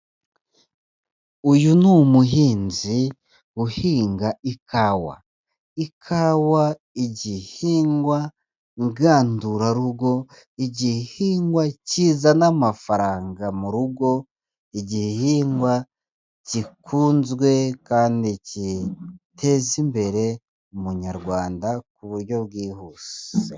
Uyu ni umuhinzi uhinga ikawa, ikawa igihingwa ngandurarugo, igihingwa kiyizana amafaranga mu rugo igihingwa gikunzwe kandi giteza imbere Umunyarwanda ku buryo bwihuse.